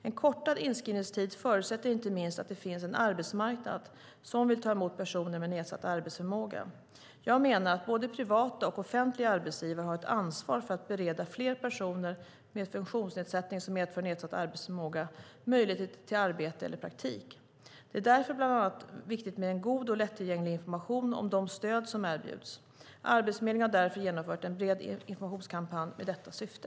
En kortad inskrivningstid förutsätter inte minst att det finns en arbetsmarknad som vill ta emot personer med nedsatt arbetsförmåga. Jag menar att både privata och offentliga arbetsgivare har ett ansvar för att bereda fler personer med funktionsnedsättning som medför nedsatt arbetsförmåga möjlighet till arbete eller praktik. Det är därför bland annat viktigt med god och lättillgänglig information om de stöd som erbjuds. Arbetsförmedlingen har därför genomfört en bred informationskampanj med detta syfte.